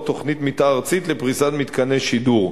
תוכנית מיתאר ארצית לפריסת מתקני שידור.